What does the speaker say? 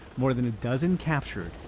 more than a dozen captured,